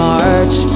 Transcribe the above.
march